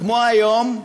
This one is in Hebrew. כמו היום,